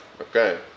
Okay